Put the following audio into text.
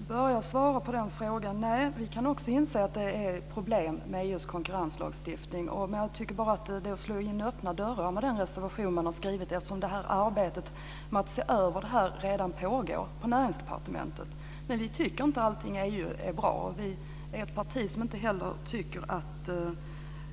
Herr talman! Jag kan börja med att svara på den frågan. Nej, vi kan också inse att det är problem med EU:s konkurrenslagstiftning. Men jag tycker att man med den reservation som man har skrivit bara slår in öppna dörrar, eftersom arbetet med att se över det här redan pågår i Näringsdepartementet. Vi tycker inte att allting i EU är bra. Vi är ett parti som inte heller tycker att